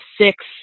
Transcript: six